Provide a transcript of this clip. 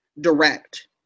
Direct